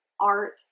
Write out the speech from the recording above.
art